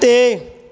ਤੇ